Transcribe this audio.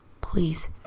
please